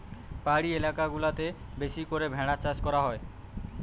পাহাড়ি এলাকা গুলাতে বেশি করে ভেড়ার চাষ করা হয়